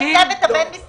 לא.